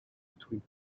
between